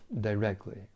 directly